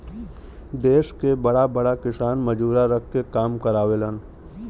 देस के बड़ा बड़ा किसान मजूरा रख के काम करावेलन